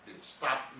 stop